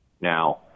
now